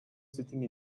sitting